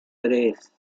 tres